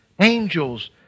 angels